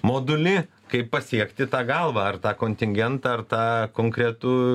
modulį kaip pasiekti tą galvą ar tą kontingentą ar tą konkretų